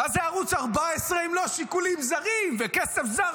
מה זה ערוץ 14 אם לא שיקולים זרים וכסף זר